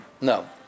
No